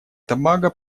тобаго